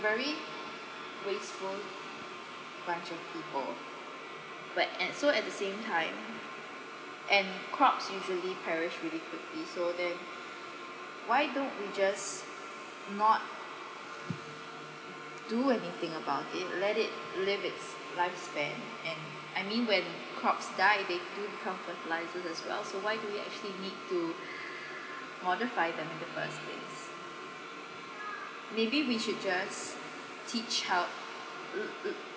very wasteful bunch of people but and so at the same time and crops usually perish really quickly so then why don't we just not do anything about it let it live its lifespan and I mean when crops die they do become fertilisers as well so why do we actually need to modify them in the first place maybe we should just teach how uh